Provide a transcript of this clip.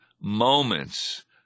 moments